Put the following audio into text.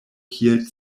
kiel